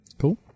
Cool